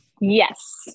Yes